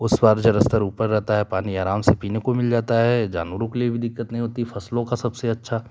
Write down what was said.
उस बार जाल स्तर ऊपर रहता है पानी आराम से पीने को मिल जाता है जानवरों के लिए भी दिक्कत नहीं होती फसलों का सबसे अच्छा